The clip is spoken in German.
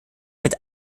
mit